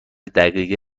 دقیقه